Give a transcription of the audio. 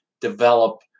develop